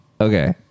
Okay